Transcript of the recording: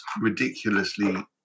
ridiculously